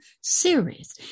series